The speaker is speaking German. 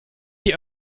die